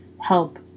help